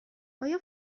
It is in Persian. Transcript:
آیا